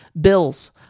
Bills